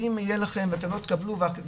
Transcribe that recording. ואם יהיה לכם ואתם לא תקבלו".